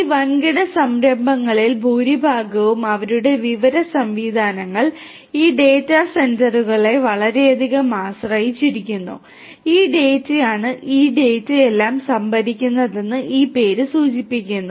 ഈ വൻകിട സംരംഭങ്ങളിൽ ഭൂരിഭാഗവും അവരുടെ വിവര സംവിധാനങ്ങൾ ഈ ഡാറ്റാ സെന്ററുകളെ വളരെയധികം ആശ്രയിച്ചിരിക്കുന്നു ഈ ഡാറ്റയാണ് ഈ ഡാറ്റയെല്ലാം സംഭരിക്കുന്നതെന്ന് ഈ പേര് സൂചിപ്പിക്കുന്നു